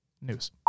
news